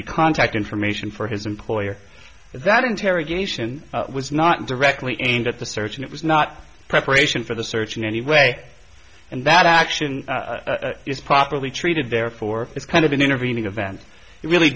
the contact information for his employer that interrogation was not directly aimed at the search and it was not preparation for the search in any way and that action is properly treated therefore it's kind of an intervening event it really